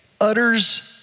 utters